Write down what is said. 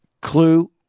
Clue